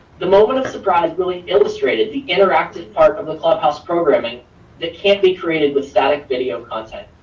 the moment of surprise really illustrated the interactive part of the clubhouse programming that can't be created with static video content.